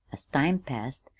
as time passed,